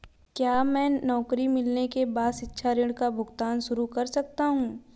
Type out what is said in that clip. क्या मैं नौकरी मिलने के बाद शिक्षा ऋण का भुगतान शुरू कर सकता हूँ?